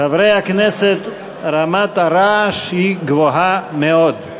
חברי הכנסת, רמת הרעש גבוהה מאוד,